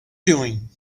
doing